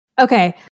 Okay